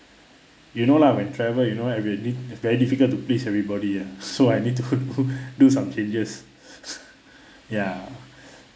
you know lah when travel you know right we'll need very difficult to please everybody ah so I need to do do some changes ya